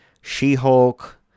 She-Hulk